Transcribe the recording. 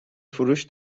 فروش